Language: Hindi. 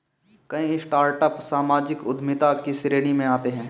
कई स्टार्टअप सामाजिक उद्यमिता की श्रेणी में आते हैं